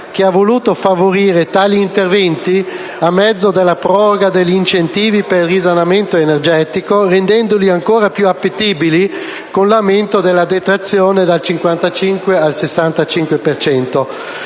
che ha voluto favorire tali interventi a mezzo della proroga degli incentivi per il risanamento energetico, rendendoli ancor più appetibili con l'aumento della detrazione dal 55 per